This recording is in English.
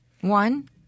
One